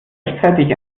rechtzeitig